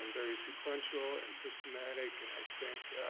and very sequential and systematic, and i think,